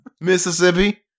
Mississippi